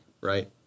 right